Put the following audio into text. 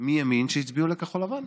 מימין שהצביעו לכחול לבן.